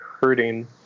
hurting